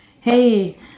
Hey